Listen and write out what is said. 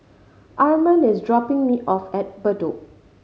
Armond is dropping me off at Bedok